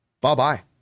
bye-bye